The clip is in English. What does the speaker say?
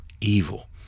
evil